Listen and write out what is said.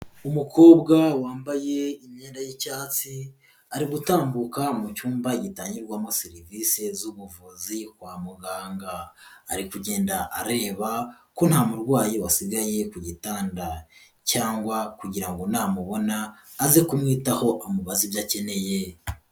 Umukobwa wambaye imyenda y'icyatsi, ari gutambuka mu cyumba gitangirwamo serivisi z'ubuvuzi kwa muganga. Ari kugenda areba ko nta murwayi wasigaye ku gitanda. Cyangwa kugira ngo namubona aze kumwitaho amubaza ibyo akeneye.